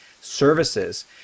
services